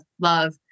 love